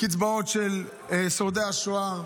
קצבאות של שורדי השואה,